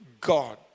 God